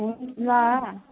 हुन् ल